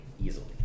easily